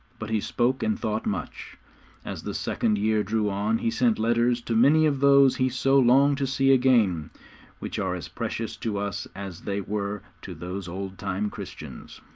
but he spoke and thought much as the second year drew on he sent letters to many of those he so longed to see again which are as precious to us as they were to those old-time christians.